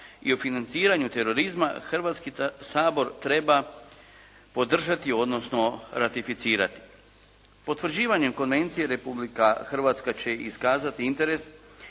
i o financiranju terorizma, Hrvatski sabor treba podržati odnosno ratificirati. Potvrđivanjem konvencije Republika Hrvatska će iskazati interes